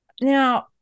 Now